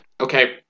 okay